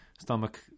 stomach